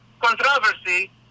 controversy